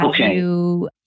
Okay